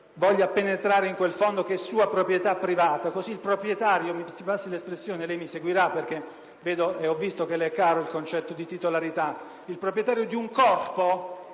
voglia penetrare nel suo terreno, che è sua proprietà privata, così il proprietario di un corpo